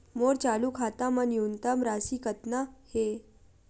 मोर चालू खाता मा न्यूनतम राशि कतना हे?